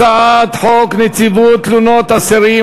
הצעת חוק נציבות תלונות אסירים,